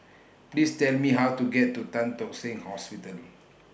Please Tell Me How to get to Tan Tock Seng Hospital